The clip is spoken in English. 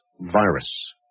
virus